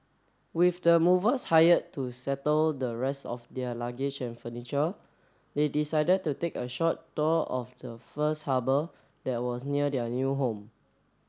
with the movers hired to settle the rest of their luggage and furniture they decided to take a short tour of the first harbour that was near their new home